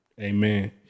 Amen